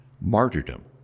Martyrdom